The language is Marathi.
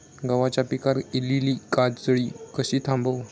गव्हाच्या पिकार इलीली काजळी कशी थांबव?